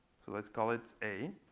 so let's call it a.